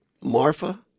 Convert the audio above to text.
Marfa